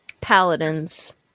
Paladins